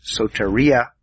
soteria